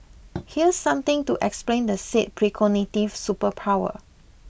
here's something to explain the said precognitive superpower